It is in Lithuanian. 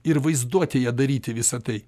ir vaizduotėje daryti visa tai